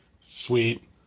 sweet